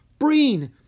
Breen